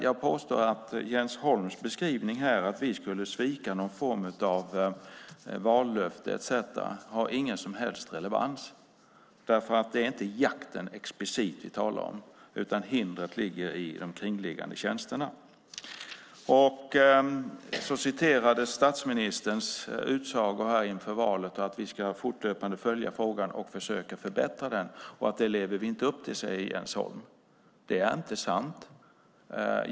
Jag påstår dock att Jens Holms beskrivning av att vi skulle svika någon form av vallöfte inte har någon som helst relevans. Det är inte jakten explicit vi talar om utan hindret ligger i de omkringliggande tjänsterna. Jens Holm citerade statsministerns utsago inför valet om att vi fortlöpande ska följa frågan och försöka förbättra den. Det lever vi inte upp till, säger Jens Holm. Det är inte sant.